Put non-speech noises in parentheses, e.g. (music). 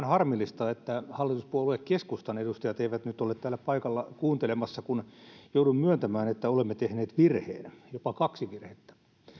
(unintelligible) harmillista että hallituspuolue keskustan edustajat eivät nyt ole täällä paikalla kuuntelemassa kun joudun myöntämään että olemme tehneet virheen jopa kaksi virhettä